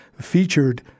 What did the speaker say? featured